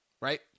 right